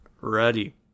ready